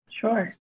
Sure